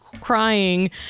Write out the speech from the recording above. crying